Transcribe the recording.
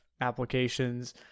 applications